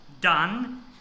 done